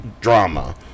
drama